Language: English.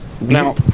Now